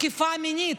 תקיפה מינית.